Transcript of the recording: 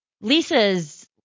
Lisa's